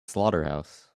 slaughterhouse